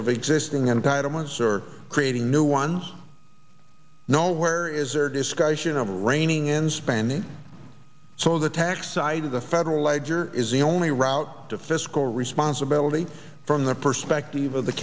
of existing entitlements or creating new ones nowhere is there discussion of reining in spending so the tax side of the federal ledger is the only route to fiscal responsibility from the perspective of the